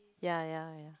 ya ya ya